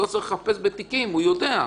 לא צריך לחפש בתיקים, הוא יודע.